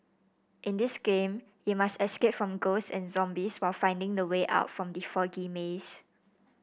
in this game you must escape from ghosts and zombies while finding the way out from the foggy maze